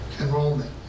enrollment